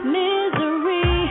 misery